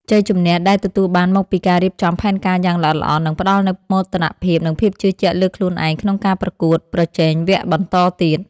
ជ័យជម្នះដែលទទួលបានមកពីការរៀបចំផែនការយ៉ាងល្អិតល្អន់នឹងផ្ដល់នូវមោទនភាពនិងភាពជឿជាក់លើខ្លួនឯងក្នុងការប្រកួតប្រជែងវគ្គបន្តទៀត។